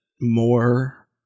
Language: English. more